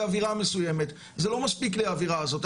אווירה מסוימת וזה לא מספיק לי האווירה הזאת.